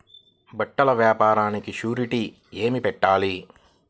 బట్టల వ్యాపారానికి షూరిటీ ఏమి పెట్టాలి?